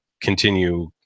continue